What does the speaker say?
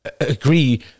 Agree